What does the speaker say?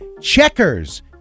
checkers